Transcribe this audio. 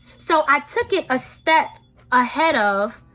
so i took it a step ahead of